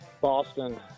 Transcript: Boston